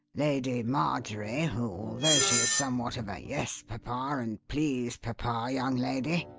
lady marjorie, who, although she is somewhat of a yes, papa and please, papa young lady,